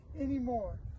anymore